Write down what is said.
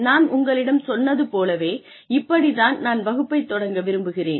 நான் உங்களிடம் சொன்னது போலவே இப்படி தான் நான் வகுப்பைத் தொடங்க விரும்புகிறேன்